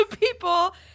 people